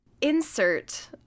insert